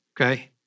Okay